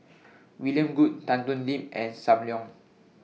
William Goode Tan Thoon Lip and SAM Leong